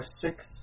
Six